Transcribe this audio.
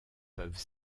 peuvent